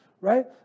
right